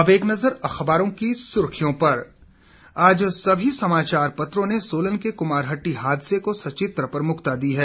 अब एक नजर अखबारों की सुर्खियों पर आज सभी समाचार पत्रों ने सोलन के कुमारहट्टी हादसे को सचित्र प्रमुखता दी है